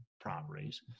properties